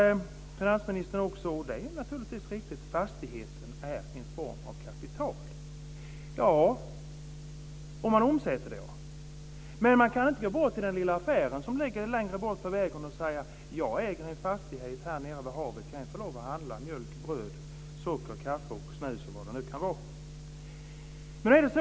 Finansministern säger också, och det är naturligtvis riktigt, att fastigheten är en form av kapital. Ja, det gäller om man omsätter det, men man kan inte gå till den lilla affären längre bort på vägen och säga: Jag äger en fastighet här nere vid havet. Kan jag få lov att handla mjölk, bröd, socker, kaffe, snus och vad det nu kan vara? Fru talman!